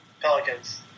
Pelicans